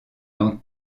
dans